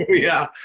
yeah.